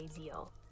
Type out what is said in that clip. ideal